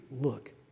look